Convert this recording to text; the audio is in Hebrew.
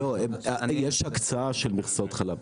יש הקצאה של מכסות חלב.